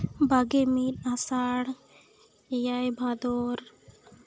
ᱵᱟᱜᱮ ᱢᱤᱫ ᱟᱥᱟᱲ ᱮᱭᱟᱭ ᱵᱷᱟᱫᱚᱨ